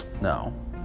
No